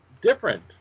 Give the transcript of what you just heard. different